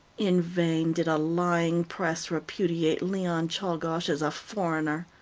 in vain did a lying press repudiate leon czolgosz as a foreigner.